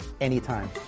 anytime